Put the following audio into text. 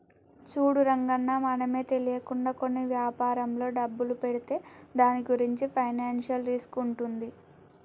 చూడు రంగన్న మనమే తెలియకుండా కొన్ని వ్యాపారంలో డబ్బులు పెడితే దాని గురించి ఫైనాన్షియల్ రిస్క్ ఉంటుంది